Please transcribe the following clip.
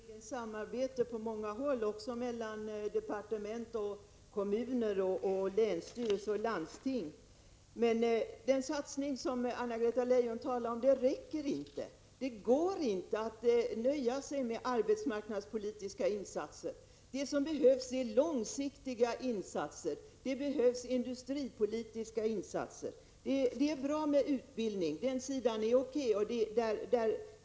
Herr talman! Det behövs sannerligen samarbete på många håll, också mellan departement och kommuner och länsstyrelse och landsting. Den satsning som Anna-Greta Leijon talar om räcker inte. Det går inte att nöja sig med arbetsmarknadspolitiska insatser. Det som behövs är långsiktiga insatser, och det behövs industripolitiska insatser. Det är bra med utbildning. Den sidan är okej.